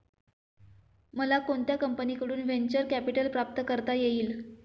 मला कोणत्या कंपनीकडून व्हेंचर कॅपिटल प्राप्त करता येईल?